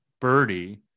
birdie